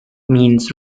means